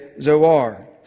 Zoar